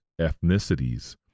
ethnicities